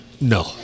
No